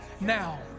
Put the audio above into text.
now